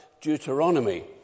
Deuteronomy